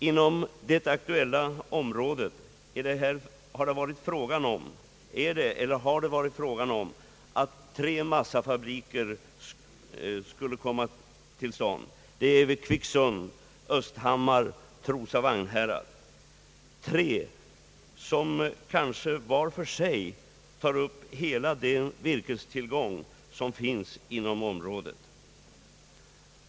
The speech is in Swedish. Inom det aktuella området är det eller har det varit fråga om att tre massafabriker skulle komma till stånd, nämligen i Kvicksund, östhammar och Trosa—Vagnhärad, tre fabriker som kanske var för sig kan ta upp hela den virkestillgång som finns inom området.